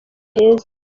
heza